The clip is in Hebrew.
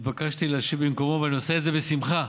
התבקשתי להשיב במקומו, ואני עושה את זה בשמחה.